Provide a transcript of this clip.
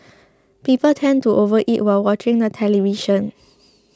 people tend to overeat while watching the television